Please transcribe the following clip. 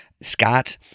Scott